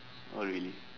oh really